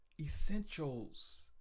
essentials